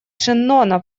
шеннона